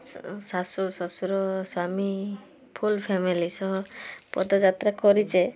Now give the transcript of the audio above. ଶ ଶାଶୁ ଶ୍ବଶୁର ସ୍ୱାମୀ ଫୁଲ ଫ୍ୟାମିଲି ସହ ପଦ ଯାତ୍ରା କରିଛେ